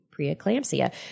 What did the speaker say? preeclampsia